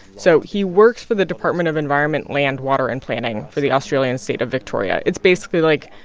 so he works for the department of environment, land, water and planning for the australian state of victoria. it's basically, like,